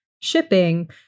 shipping